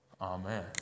Amen